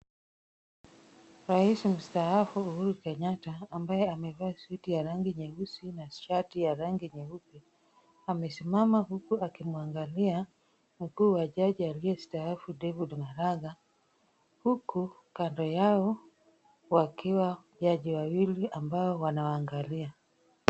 Rais mstaafu Uhuru Kenyatta ambaye amevaa suti ya rangi nyeusi na shati ya rangi nyeupe, amesimama huku akimwangalia mkuu wa jaji aliyestaafu David Maraga, huku kando yao wakiwa jaji wawili ambao wanawaangalia.